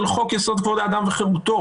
של חוק יסוד: כבוד האדם וחירותו,